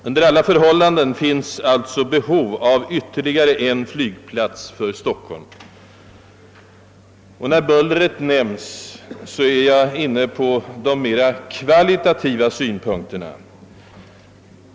Under alla förhållanden finns alltså behov av ytterligare en flygplats för Stockholm. När flygbullret berörs är jag inne på de mera kvalitativa synpunkterna.